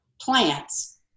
plants